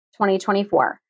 2024